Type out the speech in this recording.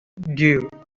dew